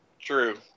True